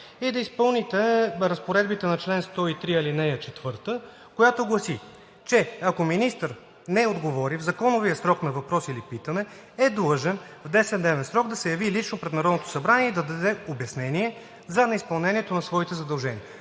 и да изпълните разпоредбите на чл. 103, ал. 4, която гласи, че ако министър не отговори в законовия срок на въпрос или питане, е длъжен в 10-дневен срок да се яви лично пред Народното събрание и да даде обяснение за неизпълнението на своите задължения.